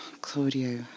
Claudio